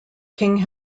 king